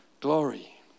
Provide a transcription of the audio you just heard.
glory